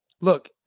look